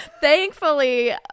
Thankfully